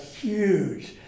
huge